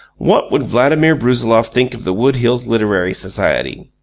what would vladimir brusiloff think of the wood hills literary society?